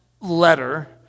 letter